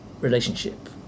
relationship